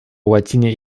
łacinie